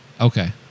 Okay